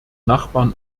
nachbarn